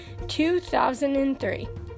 2003